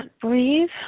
Breathe